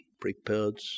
prepared